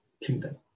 kingdom